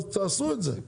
תעשו את זה.